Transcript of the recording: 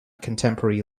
contemporary